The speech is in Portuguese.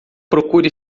procure